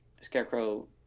Scarecrow